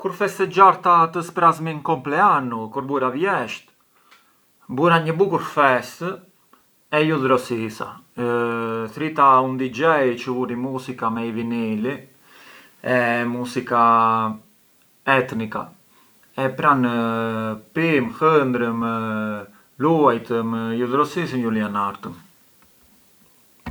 Kur festexharta të sprasmin compleanu, kur bura vjesht, bura një bukur fest e ju dhrosisa, thërrita un dj çë vujë musica me i vinili, musica etnica, e pran pimë, hëndrem, u dhrosisëm e u lianartëm.